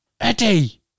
Eddie